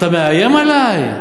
אתה מאיים עלי?